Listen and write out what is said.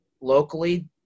locally